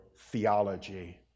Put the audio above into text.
theology